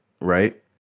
Right